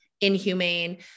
inhumane